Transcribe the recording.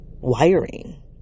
wiring